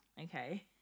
Okay